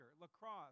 lacrosse